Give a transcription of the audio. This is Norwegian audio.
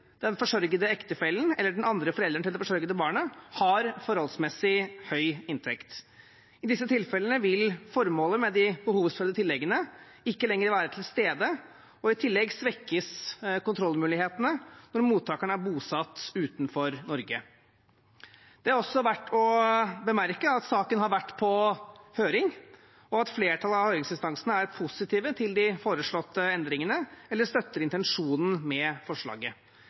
den forsørgede ektefellen eller den andre forelderen til det forsørgede barnet har forholdsmessig høy inntekt. I disse tilfellene vil formålet med de behovsprøvde tilleggene ikke lenger være til stede. I tillegg svekkes kontrollmulighetene når mottakeren er bosatt utenfor Norge. Det er også verdt å bemerke at saken har vært på høring, og at flertallet av høringsinstansene er positive til de foreslåtte endringene eller støtter intensjonen med forslaget.